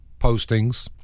postings